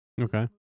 Okay